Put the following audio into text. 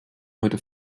heute